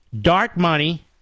dark-money